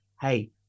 hey